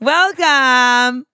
Welcome